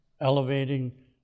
Elevating